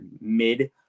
mid